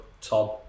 Tom